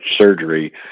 surgery